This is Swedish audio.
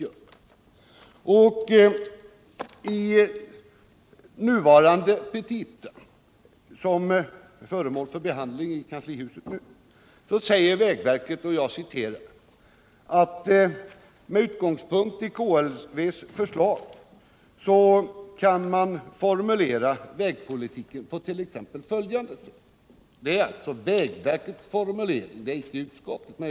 I den anslagsframställning som är föremål för behandling i kanslihuset just nu anger vägverket hur man med KLV:s förslag som utgångspunkt kan formulera vägpolitiken. Det är alltså vägverkets formuleringar, inte utskottets.